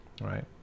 right